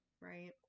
Right